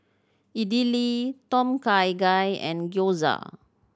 Idili Tom Kha Gai and Gyoza